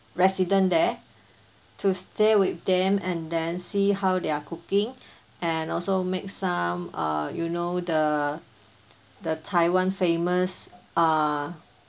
resident there to stay with them and then see how they are cooking and also make some err you know the the taiwan famous uh